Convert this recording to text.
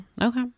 Okay